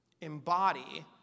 embody